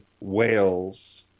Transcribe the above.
Wales